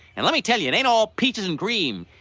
and let me tell you, it ain't all peaches and cream.